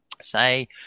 say